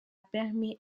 permis